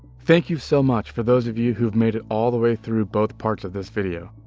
thank you so much for those of you, who've made it all the way through both parts of this video!